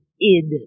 id